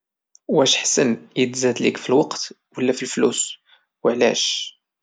واش احسن ليك يتزاد ليك فالوقت ولا الفلوس وعلاش؟